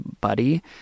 buddy